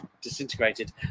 disintegrated